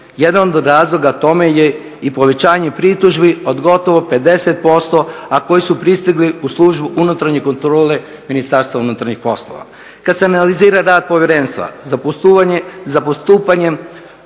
Jedan od razloga tome je i povećanje pritužbi od gotovo 50% a koji su pristigli u Službu unutarnje kontrole Ministarstva unutarnjih poslova. Kad se analizira rad povjerenstva za postupanjem